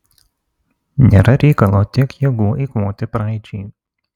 nėra reikalo tiek jėgų eikvoti praeičiai